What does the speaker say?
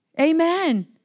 amen